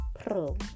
Pro